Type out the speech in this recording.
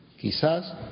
Quizás